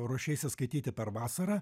ruošeisi skaityti per vasarą